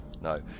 No